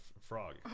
frog